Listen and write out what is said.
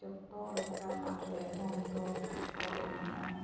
ᱡᱚᱛᱚ ᱞᱮᱠᱟᱱᱟᱜ ᱨᱮ ᱫᱚᱝ ᱫᱚ ᱠᱚ ᱮᱱᱮᱡᱼᱟ